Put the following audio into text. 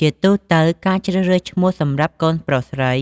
ជាទូទៅ ការជ្រើសរើសឈ្មោះសម្រាប់កូនប្រុសស្រី